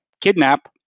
kidnap